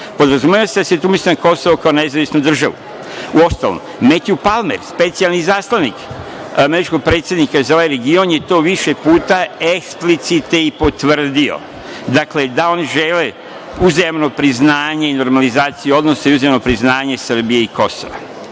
Podrazumeva se da se tu misli na Kosovo kao nezavisnu državu, uostalom, Metju Palmer, specijalni izaslanik američkog predsednika za ovaj region je to više puta eksplicite i potvrdio. Dakle, da oni žele uzajamno priznanje i normalizaciju odnosa i uzajamno priznanje Srbije i Kosova. Dakle,